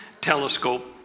telescope